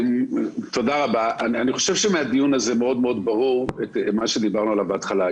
אני חושב שמהדיו הזה מאוד מאוד ברור מה שדיברנו עליו בהתחלה.